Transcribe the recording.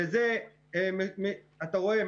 שזה אתה רואה,